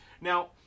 Now